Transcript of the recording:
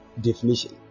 definition